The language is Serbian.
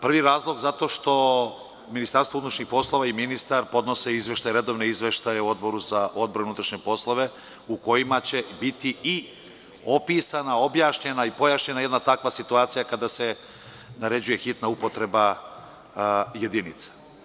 Prvi razlog zato što MUP i ministar podnose izveštaje, redovne izveštaje Odboru za odbranu i unutrašnje poslove u kojima će biti i opisana, objašnjena i pojašnjena jedna takva situacija kada se naređuje hitna upotreba jedinica.